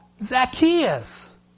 Zacchaeus